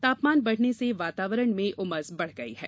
तापमान बढ़ने से वातावरण में उमस बढ़ गई है